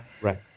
Right